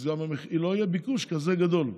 אז לא יהיה ביקוש כזה גדול לדירות.